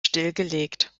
stillgelegt